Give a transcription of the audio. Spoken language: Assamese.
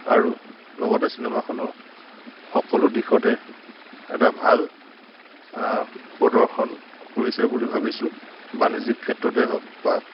আৰু লগতে চিনেমাখনৰ সকলো দিশতে এটা ভাল প্ৰদৰ্শন কৰিছে বুলি ভাবিছোঁ বাণিজ্যিক ক্ষেত্ৰতে হওক বা